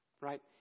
Right